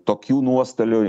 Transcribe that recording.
tokių nuostolių